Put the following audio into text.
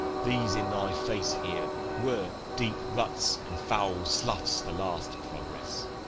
these in thy face here were deep ruts and foul sloughs the last progress.